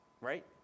right